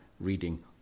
reading